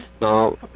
Now